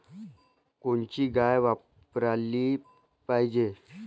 कोनची गाय वापराली पाहिजे?